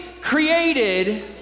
created